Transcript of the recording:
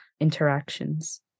interactions